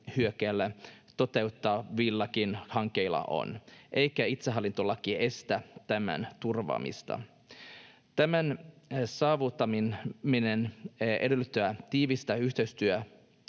toteutettavilla hankkeilla on, eikä itsehallintolaki estä tämän turvaamista. Tämän saavuttaminen edellyttää tiivistä yhteistyötä